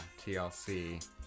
TLC